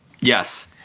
Yes